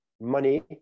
money